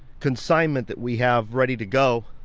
consignment that we have ready to go,